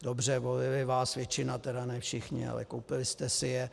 Dobře, volili vás, většina tedy, ne všichni, ale koupili jste si je.